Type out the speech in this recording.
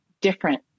different